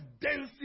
density